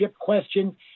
question